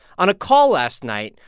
on a call last night,